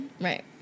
Right